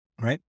Right